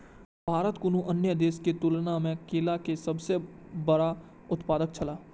भारत कुनू अन्य देश के तुलना में केला के सब सॉ बड़ा उत्पादक छला